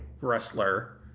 wrestler